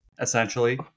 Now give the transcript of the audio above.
essentially